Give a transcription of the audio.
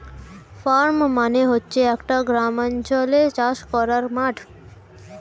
farm মানে হচ্ছে একটা গ্রামাঞ্চলে চাষ করার মাঠ